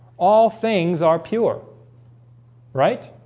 all things are pure right